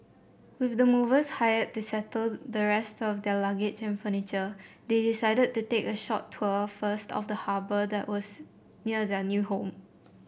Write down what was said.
with the movers hired to settle the rest of their luggage and furniture they decided to take a short tour first of the harbour that was near their new home